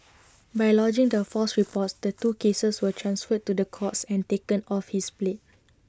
by lodging the false reports the two cases were transferred to the courts and taken off his plate